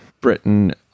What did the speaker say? Britain